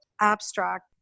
abstract